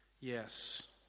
Yes